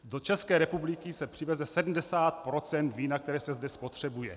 Do České republiky se přiveze 70 % vína, které se zde spotřebuje.